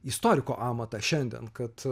istoriko amatą šiandien kad